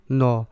no